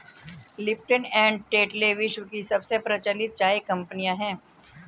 Lipton and Tetley विश्व की सबसे प्रचलित चाय कंपनियां है